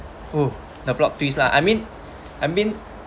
oh the plot twist lah I mean I mean